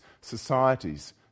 societies